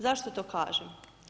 Zašto to kažem?